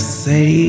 say